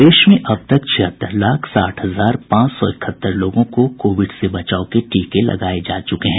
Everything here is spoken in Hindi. प्रदेश में अब तक छिहत्तर लाख साठ हजार पांच सौ इकहत्तर लोगों को कोविड से बचाव के टीके लगाये जा चुके हैं